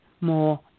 more